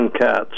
cats